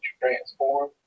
transform